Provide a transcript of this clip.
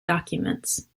documents